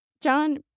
John